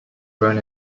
grown